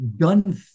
gun